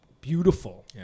beautiful